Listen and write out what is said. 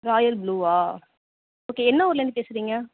Royal ப்ளூவா okay என்ன ஊர்லேர்ந்து பேசுகிறீங்க